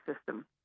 system